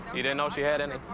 you didn't know she had any?